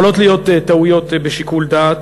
יכולות להיות טעויות בשיקול דעת,